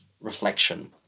reflection